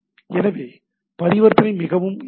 எனவே பரிவர்த்தனை மிகவும் எளிது